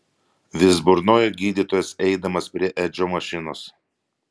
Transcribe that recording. vis burnojo gydytojas eidamas prie edžio mašinos